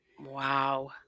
Wow